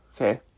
Okay